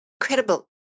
incredible